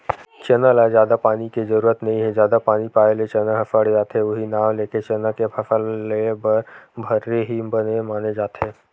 चना ल जादा पानी के जरुरत नइ हे जादा पानी पाए ले चना ह सड़ जाथे उहीं नांव लेके चना के फसल लेए बर भर्री ही बने माने जाथे